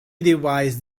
device